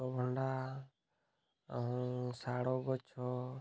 ଭଣ୍ଡା ଆଉ ଗଛ